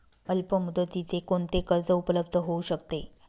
अल्पमुदतीचे कोणते कर्ज उपलब्ध होऊ शकते?